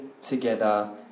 together